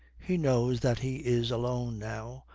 he knows that he is alone now,